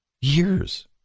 Years